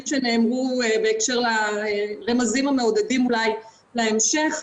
שנאמרו בהקשר לרמזים המעודדים אולי להמשך,